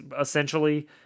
essentially